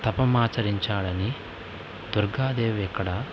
తపం ఆచరించాడని దుర్గాదేవి ఇక్కడ